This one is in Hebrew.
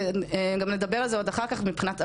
עוד נדבר על זה אחר כך מבחינת עבודה,